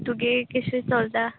तुगे केशें चलता